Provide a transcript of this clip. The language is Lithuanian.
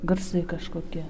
garsai kažkokie